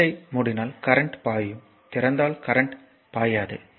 சுவிட்ச்யை மூடினால் கரண்ட் பாயும் திறந்தால் கரண்ட் பாயாது